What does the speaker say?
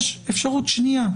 אפשרות שנייה,